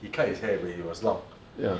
he cut his hair when it was long